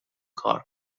کار